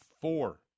four